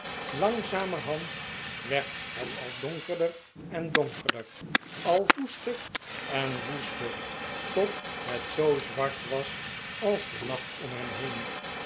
langzamerhand werd het al donkerder en donkerder al woester en woester tot het zoo zwart was als de nacht om hem